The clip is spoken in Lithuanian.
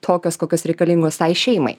tokios kokios reikalingos tai šeimai